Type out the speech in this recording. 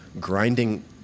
grinding